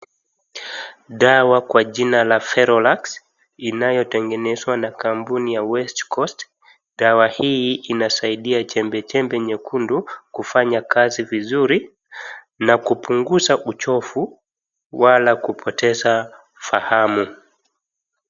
Dawa kwa jina la Ferolax inayotengenezwa na kampuni ya WEST COAST.Dawa hii inasaidia chembechembe nyekundu kufanya kazi vizuri na kupunguza uchovu wala kupoteza fahamu.